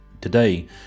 Today